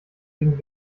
winkt